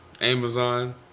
Amazon